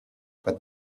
but